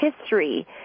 history